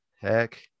heck